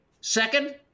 Second